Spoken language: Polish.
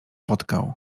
spotkał